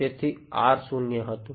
તેથી R શૂન્ય હતું